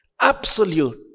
Absolute